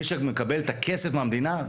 מי שמקבל את הכסף מהמדינה,